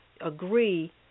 agree